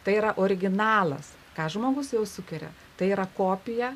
tai yra originalas ką žmogus jau sukuria tai yra kopija